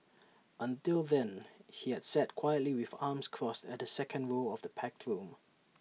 until then he had sat quietly with arms crossed at the second row of the packed room